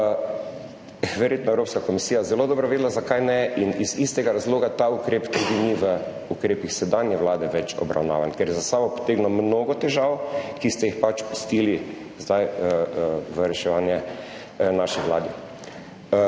Verjetno je Evropska komisija zelo dobro vedela, zakaj ne in iz istega razloga ta ukrep ni več obravnavan v ukrepih sedanje vlade, ker je za sabo potegnil mnogo težav, ki ste jih pač pustili zdaj v reševanje naši vladi.